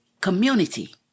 community